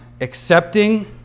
accepting